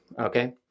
Okay